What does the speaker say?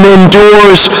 endures